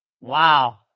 Wow